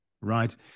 right